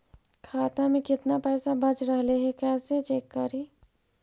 खाता में केतना पैसा बच रहले हे कैसे चेक करी?